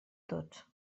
tots